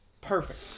perfect